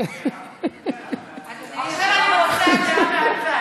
עכשיו אני רוצה דעה מהצד.